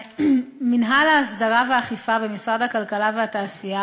מינהל ההסדרה והאכיפה במשרד הכלכלה והתעשייה